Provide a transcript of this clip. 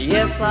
Yes